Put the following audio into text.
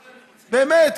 באמת,